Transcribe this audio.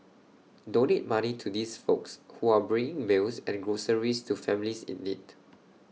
donate money to these folks who are bringing meals and groceries to families in need